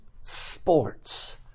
sports